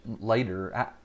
later